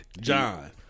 John